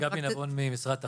משרד התחבורה.